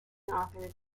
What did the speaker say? authors